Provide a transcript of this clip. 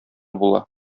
була